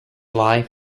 lie